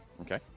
Okay